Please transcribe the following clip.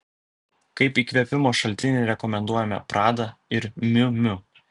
kaip įkvėpimo šaltinį rekomenduojame prada ir miu miu